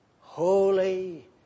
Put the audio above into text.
Holy